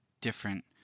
different